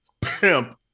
pimp